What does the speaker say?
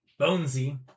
Bonesy